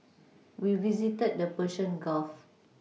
we visited the Persian Gulf